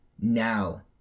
now